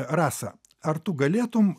rasa ar tu galėtum